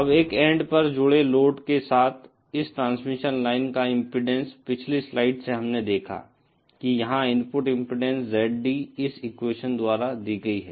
अब एक एन्ड पर जुड़े लोड के साथ इस ट्रांसमिशन लाइन का इम्पीडेन्स पिछली स्लाइड से हमने देखा कि यहां इनपुट इम्पीडेन्स ZD इस एक्वेशन द्वारा दी गई है